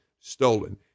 stolen